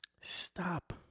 Stop